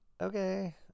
okay